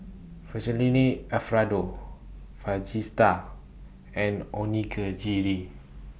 Fettuccine Alfredo and